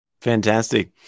Fantastic